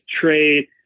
trade